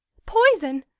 poison!